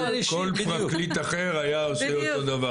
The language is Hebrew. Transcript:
כל פרקליט אחר היה עושה אותו דבר.